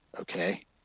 Okay